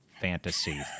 fantasy